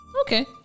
Okay